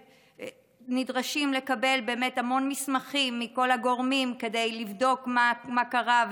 שנדרשים המון מסמכים מכל הגורמים כדי לבדוק מה קרה,